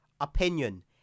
opinion